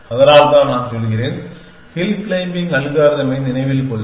அதனால்தான் நான் சொல்கிறேன் ஹில் க்ளைம்பிங் அல்காரிதமை நினைவில் கொள்க